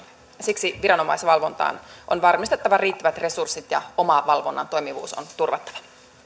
siksi viranomaisvalvontaan on varmistettava riittävät resurssit ja omavalvonnan toimivuus on turvattava